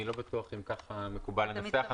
אני לא בטוח אם כך מקובל לנסח.